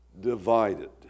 divided